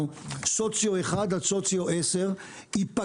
סוציו 1 עד סוציו 10 ייפגע,